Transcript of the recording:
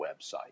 website